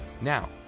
Now